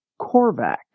Korvac